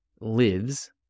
lives